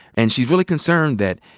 and she's really concerned that,